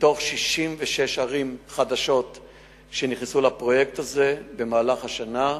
מתוך 66 ערים חדשות שייכנסו לפרויקט הזה במהלך השנה,